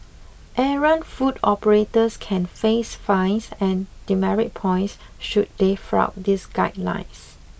errant food operators can face fines and demerit points should they flout these guidelines